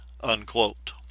unquote